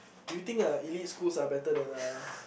do you think uh elites schools are better than uh